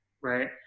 Right